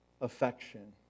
affection